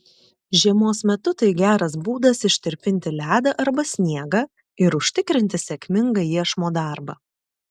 žiemos metu tai geras būdas ištirpinti ledą arba sniegą ir užtikrinti sėkmingą iešmo darbą